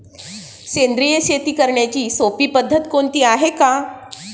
सेंद्रिय शेती करण्याची सोपी पद्धत कोणती आहे का?